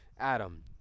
Adam